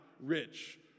rich